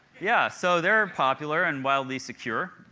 yeah, so they're popular and wildly secure.